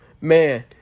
Man